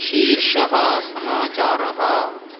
शीर्षः समाचारः